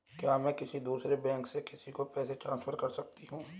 क्या मैं किसी दूसरे बैंक से किसी को पैसे ट्रांसफर कर सकती हूँ?